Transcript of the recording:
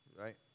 right